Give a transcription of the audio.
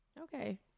Okay